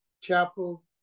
chapel